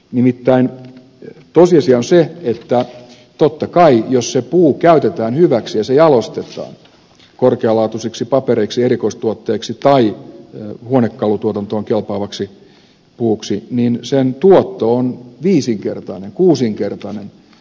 nimittäin tosiasia on se että totta kai jos se puu käytetään hyväksi ja se jalostetaan korkealaatuiseksi paperiksi erikoistuotteeksi tai huonekalutuotantoon kelpaavaksi puuksi sen tuotto on viisinkertainen kuusinkertainen